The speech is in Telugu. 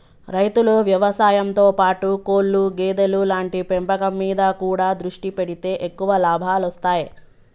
రైతులు వ్యవసాయం తో పాటు కోళ్లు గేదెలు లాంటి పెంపకం మీద కూడా దృష్టి పెడితే ఎక్కువ లాభాలొస్తాయ్